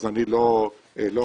אז אני לא ארחיב,